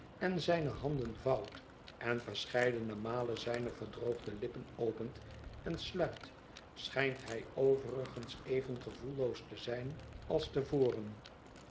en zijne handen vouwt en verscheidene malen zijne verdroogde lippen opent en sluit schijnt hij overigens even gevoelloos te zijn als